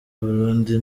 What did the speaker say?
burundi